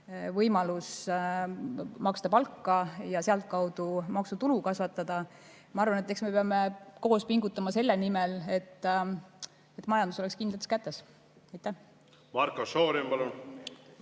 võimalus maksta [head] palka ja sealtkaudu maksutulu kasvatada. Ma arvan, et eks me peame koos pingutama selle nimel, et majandus oleks kindlates kätes. Marko Šorin,